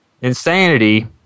Insanity